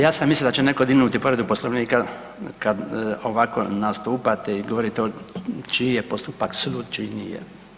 Ja sam mislio da će netko dignuti povredu Poslovnika kad ovako nastupate i govorite čiji je postupak sulud, čiji nije.